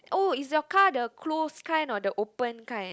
oh is your car the closed kind or the open kind